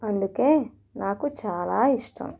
అందుకు నాకు చాలా ఇష్టం